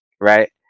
Right